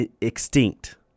extinct